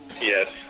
yes